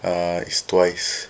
err it's twice